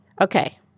Okay